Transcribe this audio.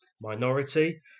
minority